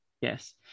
Yes